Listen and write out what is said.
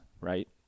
right